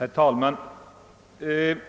Herr talman!